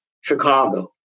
Chicago